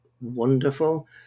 Wonderful